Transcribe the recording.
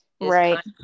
right